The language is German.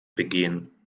begehen